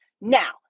Now